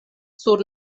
sur